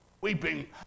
weeping